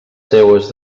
seues